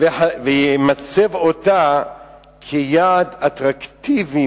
וימצב אותה כיעד אטרקטיבי,